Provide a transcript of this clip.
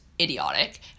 idiotic